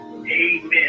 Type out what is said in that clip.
Amen